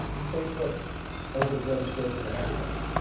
facebook opens registration to everybody.